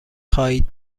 خواهید